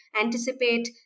anticipate